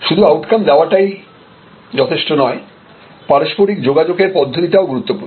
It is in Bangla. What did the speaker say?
সুতরাং আউটকাম দেওয়াটাই শুধু যথেষ্ট নয় পারস্পরিক যোগাযোগের পদ্ধতিটাও গুরুত্বপূর্ণ